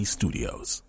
Studios